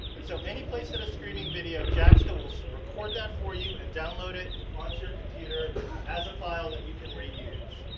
and so anyplace that has streaming video, jaksta will record that for you and download it onto your computer as a file that you can reuse.